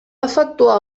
efectuar